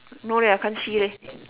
no leh I can't see leh